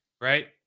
right